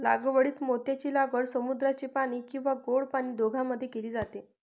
लागवडीत मोत्यांची लागवड समुद्राचे पाणी किंवा गोड पाणी दोघांमध्ये केली जाते